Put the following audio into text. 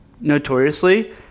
notoriously